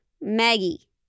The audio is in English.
Maggie